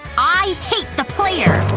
i hate the player!